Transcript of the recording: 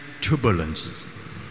turbulences